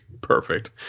perfect